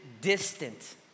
distant